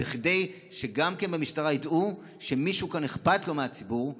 כדי שגם במשטרה ידעו שמישהו כאן אכפת לו מהציבור,